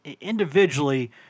individually